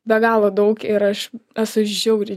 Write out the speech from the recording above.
be galo daug ir aš esu žiauriai